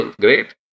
great